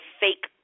fake